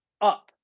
up